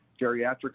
geriatric